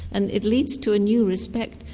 and it leads to a new respect,